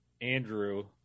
Andrew